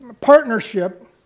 partnership